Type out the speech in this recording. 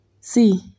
See